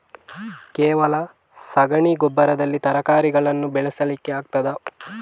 ಕೇವಲ ಸಗಣಿ ಗೊಬ್ಬರದಲ್ಲಿ ತರಕಾರಿಗಳನ್ನು ಬೆಳೆಸಲಿಕ್ಕೆ ಆಗ್ತದಾ?